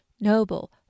Noble